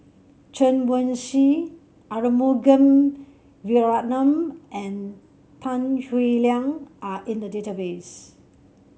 Chen Wen Hsi Arumugam Vijiaratnam and Tan Howe Liang are in the database